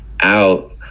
out